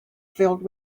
filled